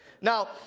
Now